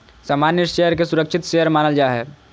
सामान्य शेयर के सुरक्षित शेयर मानल जा हय